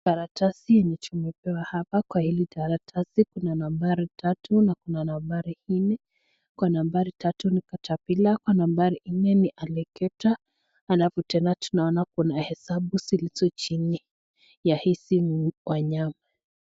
Karatasi yenye tumepewa hapa. Kwa hili karatasi kuna nambari tatu na kuna nambari nne. Kwa nambari tatu ni caterpillar . Kwa nambari nne ni alligator . Halafu tena tunaona kuna hesabu zilizo chini ya hizi wanyama.